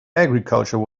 agriculture